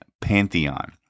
pantheon